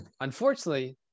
unfortunately